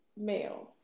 male